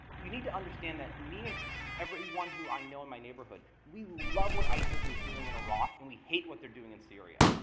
you need to understand that me and everyone who i know in my neighborhood, we love what isis is doing in iraq, and we hate what they're doing in syria.